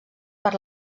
per